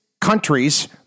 countries